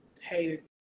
Hated